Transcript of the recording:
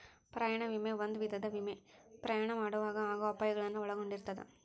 ಪ್ರಯಾಣ ವಿಮೆ ಒಂದ ವಿಧದ ವಿಮೆ ಪ್ರಯಾಣ ಮಾಡೊವಾಗ ಆಗೋ ಅಪಾಯಗಳನ್ನ ಒಳಗೊಂಡಿರ್ತದ